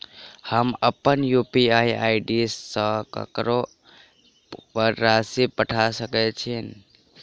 हम अप्पन UPI ID सँ ककरो पर राशि पठा सकैत छीयैन?